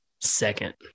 Second